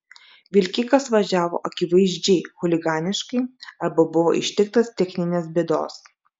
vilkikas važiavo akivaizdžiai chuliganiškai arba buvo ištiktas techninės bėdos